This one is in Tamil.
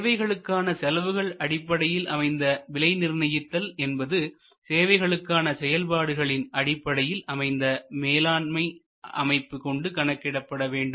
சேவைகளுக்கான செலவுகள் அடிப்படையில் அமைந்த விலை நிர்ணயித்தல் என்பது சேவைகளுக்கான செயல்பாடுகளின் அடிப்படையில் அமைந்த மேலாண்மை அமைப்பு கொண்டு கணக்கிடப்பட வேண்டும்